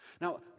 Now